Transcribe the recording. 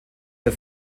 der